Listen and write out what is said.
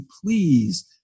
please